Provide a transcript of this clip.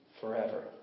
forever